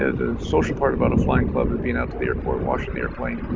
ah the social part about a flying club is being out to the airport, washing the airplane,